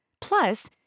Plus